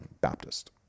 Baptist